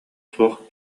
суох